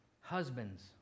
husbands